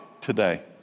today